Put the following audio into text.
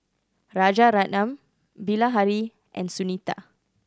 Rajaratnam Bilahari and Sunita